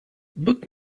book